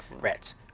rats